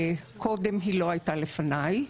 קודם היא לא הייתה לפניי.